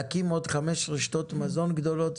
להקים עוד חמש רשתות מזון גדולות,